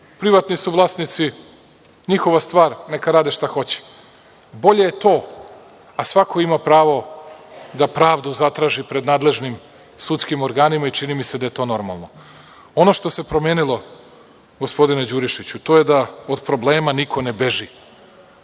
privatni vlasnici, njihova stvar, neka rade šta hoće. Bolje je to, a svako ima pravo da pravdu zatraži pred nadležnim sudskim organima i čini mi se da je to normalno. Ono što se promenilo gospodine Đurišiću, to je da od problema niko ne beži